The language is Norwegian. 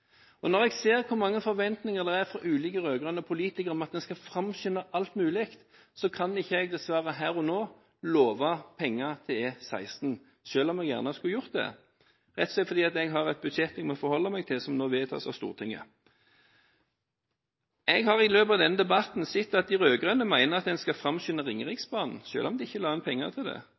Når jeg ser hvor mange forventninger det er fra ulike rød-grønne politikere om at man skal framskynde alt mulig, kan jeg her og nå dessverre ikke love penger til E16, selv om jeg gjerne skulle gjort det, rett og slett fordi jeg har et budsjett jeg må forholde meg til, som nå skal vedtas av Stortinget. Jeg har i løpet av denne debatten sett at de rød-grønne mener at man skal framskynde Ringeriksbanen, selv om de ikke la inn penger til det.